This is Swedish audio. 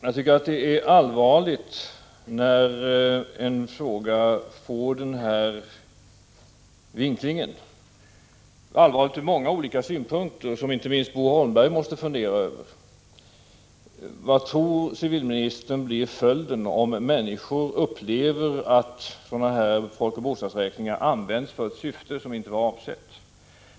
Jag tycker att det är allvarligt när en fråga vinklas på detta sätt. Det är allvarligt ur många olika synpunkter, vilka inte minst Bo Holmberg måste fundera över. Vad tror civilministern blir följden, om människor upplever att sådana här folkoch bostadsräkningar används för ett syfte som inte var avsett?